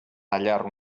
tallar